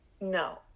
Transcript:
no